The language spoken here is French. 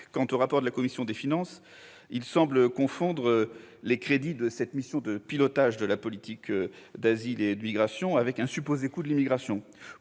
Le rapport de la commission des finances, quant à lui, semble confondre les crédits de cette mission de pilotage de la politique d'asile et d'immigration avec un supposé coût de l'immigration.